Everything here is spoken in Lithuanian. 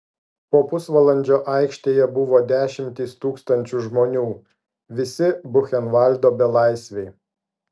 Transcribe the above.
po pusvalandžio aikštėje buvo dešimtys tūkstančių žmonių visi buchenvaldo belaisviai